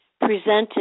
presented